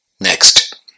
Next